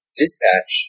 dispatch